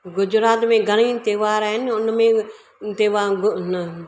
गुजरात में घणेई त्योहार आहिनि उनमें ते वांग न